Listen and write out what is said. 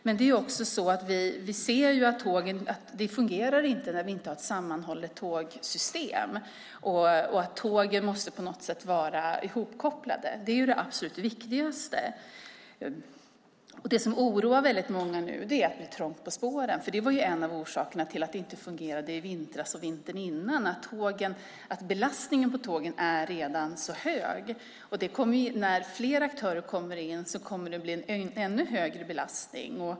Men vi ser att det inte fungerar när det inte finns ett sammanhållet tågsystem, att tågen på något sätt är ihopkopplade. Det är det viktigaste. Det som oroar många nu är att det är trångt på spåren. Det är en av orsakerna till att det inte fungerade i vintras och vintern innan. Belastningen på tågsträckorna är redan så hög. När fler aktörer kommer in blir det ännu högre belastning.